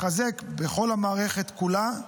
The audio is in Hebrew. מתחזק בכל המערכת כולה,